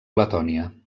letònia